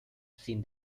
sin